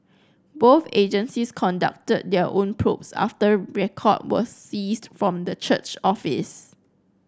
both agencies conducted their own probes after record were seized from the church office